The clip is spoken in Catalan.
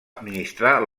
administrar